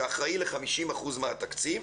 שאחראי ל-50% מהתקציב,